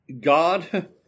God